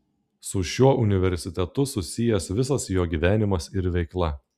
su šiuo universitetu susijęs visas jo gyvenimas ir veikla